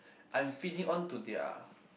I'm feeding onto their